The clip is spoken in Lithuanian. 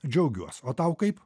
džiaugiuos o tau kaip